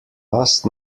last